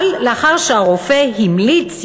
אבל לאחר שהרופא המליץ,